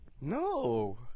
No